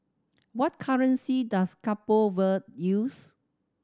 what currency does Cabo Verde use